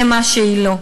למה שהיא לא.